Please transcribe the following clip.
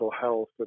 health